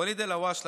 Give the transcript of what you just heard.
ואליד אלהואשלה,